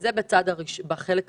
זה בחלק הראשון.